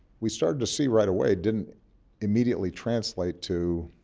we started to see right away didn't immediately translate to,